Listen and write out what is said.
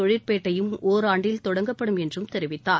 தொழிற்பேட்டையும் ஓராண்டில் தொடங்கப்படும் என்றும் தெரிவித்தார்